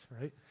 right